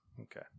Okay